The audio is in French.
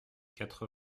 quatre